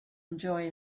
enjoy